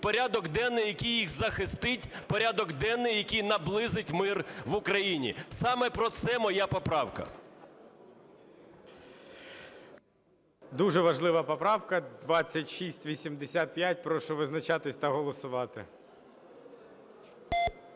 порядок денний, який їх захистить, порядок денний, який наблизить мир в Україні. Саме про це моя поправка. ГОЛОВУЮЧИЙ. Дуже важлива поправка 2685. Прошу визначатись та голосувати.